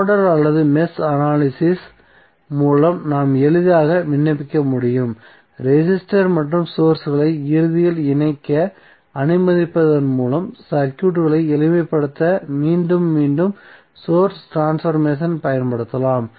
nodal அல்லது mesh analysis மூலம் நாம் எளிதாக விண்ணப்பிக்க முடியும் ரெசிஸ்டர் மற்றும் சோர்ஸ்களை இறுதியில் இணைக்க அனுமதிப்பதன் மூலம் சர்க்யூட்களை எளிமைப்படுத்த மீண்டும் மீண்டும் சோர்ஸ் ட்ரான்ஸ்பர்மேசன் பயன்படுத்தப்படலாம்